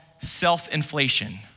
self-inflation